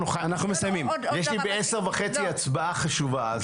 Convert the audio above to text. יש לי ב-10:30 הצבעה חשובה.